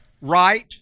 Right